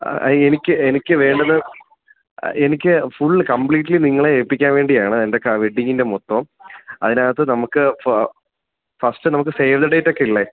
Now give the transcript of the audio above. അ അ എനിക്ക് എനിക്ക് വേണ്ടുന്ന അ എനിക്ക് ഫുൾ കംപ്ലീറ്റ്ലി നിങ്ങളെ എൽപ്പിക്കാൻ വേണ്ടിയാണ് എൻ്റെ എൻ്റെ വെഡിങ്ങിൻറ്റെ മോത്തം അതിനകത്ത് നമുക്ക് ഫസ്റ്റ് നമുക്ക് സേവ് ദ ഡേറ്റ് ഒക്കെ ഇല്ലേ